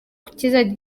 kizajya